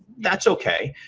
that's okay.